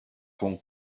con